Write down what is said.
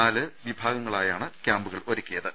നാല് വിവിധ വിഭാഗങ്ങളായാണാ ക്യാമ്പുകൾ ഒരുക്കിയത്